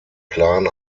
plan